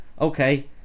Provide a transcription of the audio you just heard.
okay